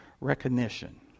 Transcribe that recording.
recognition